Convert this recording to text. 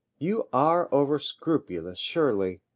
you are overscrupulous, surely.